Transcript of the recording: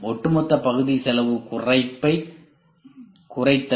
ஒட்டுமொத்த பகுதி செலவுக் குறைப்பைக் குறைத்தல்